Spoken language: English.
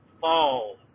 fall